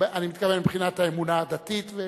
אני מתכוון מבחינת האמונה הדתית.